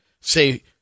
say